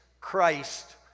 Christ